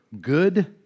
good